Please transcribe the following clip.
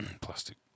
Plastic